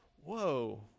whoa